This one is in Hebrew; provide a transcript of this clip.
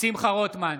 שמחה רוטמן,